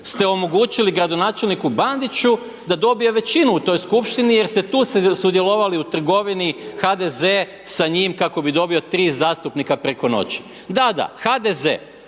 ste omogućili gradonačelniku Bandiću da dobije većinu u toj skupštini jer ste tu sudjelovali u trgovini HDZ sa njim kako bi dobio tri zastupnika preko noći. Da, da HDZ,